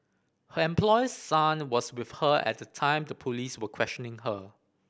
her employer's son was with her at the time the police were questioning her